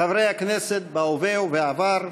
חברי הכנסת בהווה ובעבר,